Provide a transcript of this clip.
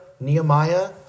Nehemiah